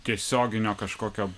tiesioginio kažkokio